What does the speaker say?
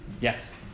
Yes